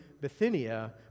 Bithynia